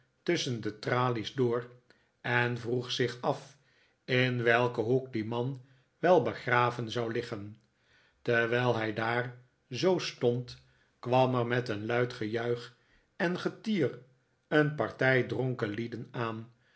tusschen de tralies door en vrpeg zich af in welken hoek die man wel begraven zou liggen terwijl hij daar zoo stond kwam er met een luid gejuich en getier een partij dronken lieden aan